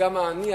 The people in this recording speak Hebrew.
וגם העני,